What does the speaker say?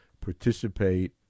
participate